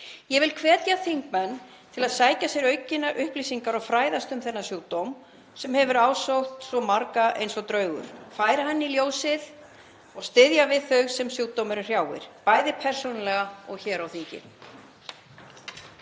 Ég vil hvetja þingmenn til að sækja sér auknar upplýsingar og fræðast um þennan sjúkdóm sem hefur ásótt svo marga eins og draugur, færa hann í ljósið og styðja við þau sem sjúkdómurinn hrjáir, bæði persónulega og hér á þingi.